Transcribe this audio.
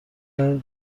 صدا